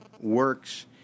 works